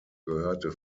gehörte